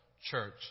church